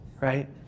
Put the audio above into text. right